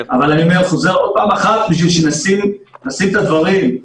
אבל אני חוזר עוד פעם אחת בשביל לשים את הדברים.